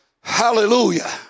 Hallelujah